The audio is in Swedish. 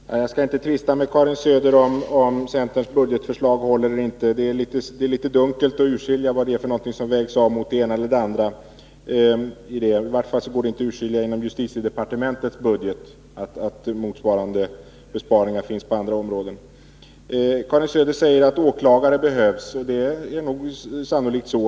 Herr talman! Jag skall inte tvista med Karin Söder om huruvida centerns budgetförslag håller eller inte. Det är litet svårt att urskilja vad det är som vägs av mot det ena eller det andra — i varje fall går det inte att urskilja i budgeten avseende justitiedepartementet att motsvarande besparingar finns på andra områden. Karin Söder säger att åklagare behövs, och det är sannolikt så.